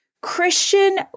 Christian